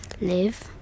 live